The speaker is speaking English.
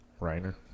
Reiner